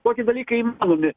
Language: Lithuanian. tokie dalykai įmanomi